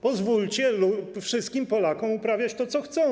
Pozwólcie wszystkim Polakom uprawiać to, co chcą.